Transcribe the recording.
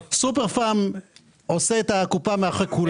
"סופר פארם" עושה את הקופה מאחורי כולם.